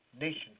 Nation